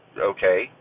okay